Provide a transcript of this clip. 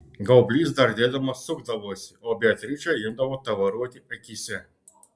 gaublys dardėdamas sukdavosi o beatričei imdavo tavaruoti akyse